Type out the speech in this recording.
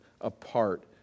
apart